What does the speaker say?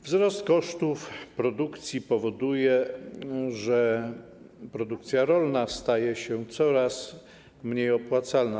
Wzrost kosztów produkcji powoduje, że produkcja rolna staje się coraz mniej opłacalna.